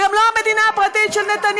זו גם לא המדינה הפרטית של נתניהו.